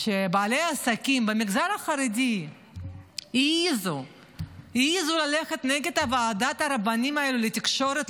כשבעלי עסקים במגזר החרדי העזו ללכת נגד ועדת הרבנים האלה לתקשורת,